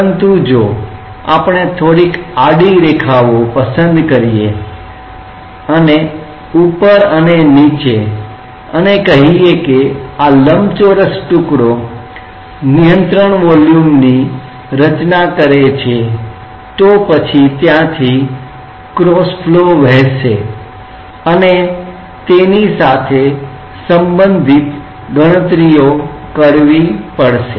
પરંતુ જો આપણે થોડીક આડી રેખાઓ પસંદ કરીએ અને ઉપર અને નીચે અને કહીએ કે આ લંબચોરસ ટુકડો નિયંત્રણ વોલ્યુમની રચના કરે છે તો પછી ત્યાંથી ક્રોસ ફ્લો વહેશે અને તેની સાથે સંબંધિત ગણતરીઓ કરવી પડશે